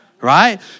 right